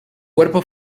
cuerpo